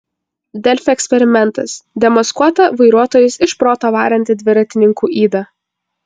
delfi eksperimentas demaskuota vairuotojus iš proto varanti dviratininkų yda